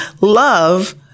love